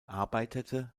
arbeitete